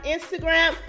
Instagram